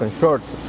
shorts